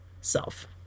self